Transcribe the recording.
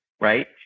right